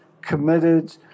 committed